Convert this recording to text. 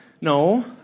No